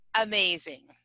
amazing